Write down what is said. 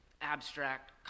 abstract